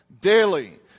daily